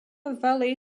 valley